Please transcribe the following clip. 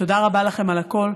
תודה רבה לכם על הכול.